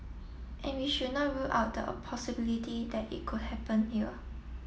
and we should not rule out the possibility that it could happen here